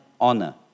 honor